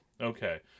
Okay